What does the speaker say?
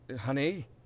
Honey